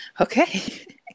Okay